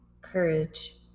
courage